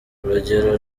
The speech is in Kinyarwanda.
urugero